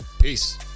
Peace